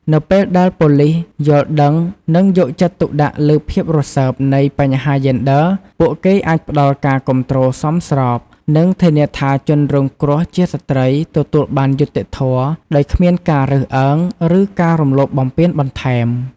នៅពេលដែលប៉ូលិសយល់ដឹង និងយកចិត្តទុកដាក់លើភាពរសើបនៃបញ្ហាយេនឌ័រ ពួកគេអាចផ្តល់ការគាំទ្រសមស្រប និងធានាថាជនរងគ្រោះជាស្ត្រីទទួលបានយុត្តិធម៌ដោយគ្មានការរើសអើង ឬការរំលោភបំពានបន្ថែម។